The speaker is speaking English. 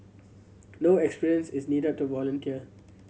no experience is needed to volunteer